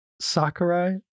sakurai